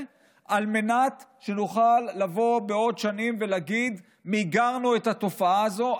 על מנת שנוכל לבוא בעוד שנים ולהגיד: מיגרנו את התופעה הזו.